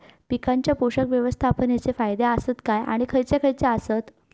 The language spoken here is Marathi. पीकांच्या पोषक व्यवस्थापन चे फायदे आसत काय आणि खैयचे खैयचे आसत?